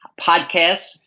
podcasts